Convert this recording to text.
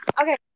Okay